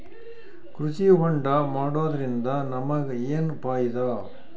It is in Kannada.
ಕೃಷಿ ಹೋಂಡಾ ಮಾಡೋದ್ರಿಂದ ನಮಗ ಏನ್ ಫಾಯಿದಾ?